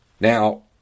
Now